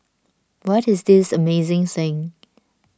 what is this amazing thing